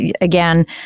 again